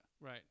Right